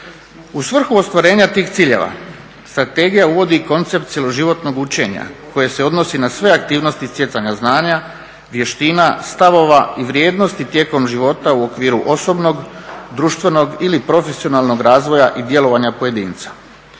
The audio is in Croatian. U svrhu ostvarenja tih ciljeva strategija uvodi koncept cjeloživotnog učenja koje se odnosi na sve aktivnosti stjecanja znanja, vještina, stavova i vrijednosti tijekom života u okviru osobnog, društvenog ili profesionalnog razvoja i djelovanja pojedinca.